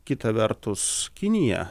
kita vertus kinija